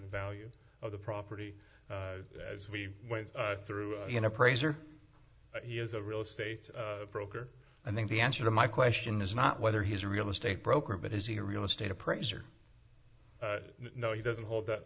l value of the property as we went through in appraiser he is a real estate broker i think the answer to my question is not whether he's a real estate broker but is he a real estate appraiser no he doesn't hold th